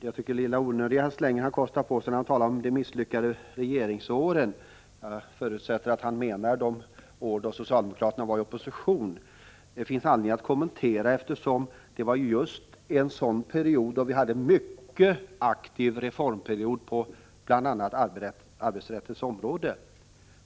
Jag tyckte det var en onödig släng som han kostade på sig när han talade om de misslyckade regeringsåren. Jag förutsätter att han menar de år då socialdemokraterna var i opposition. Det finns anledning att kommentera detta, eftersom det var just en sådan period som var en mycket aktiv reformperiod på bl.a. arbetsrättens område.